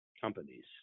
companies